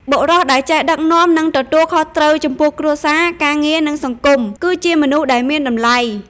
បុរសដែលចេះដឹកនាំ និងទទួលខុសត្រូវចំពោះគ្រួសារ ការងារ និងសង្គម គឺជាមនុស្សដែលមានតម្លៃ។